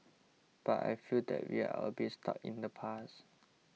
but I feel that we are a bit stuck in the past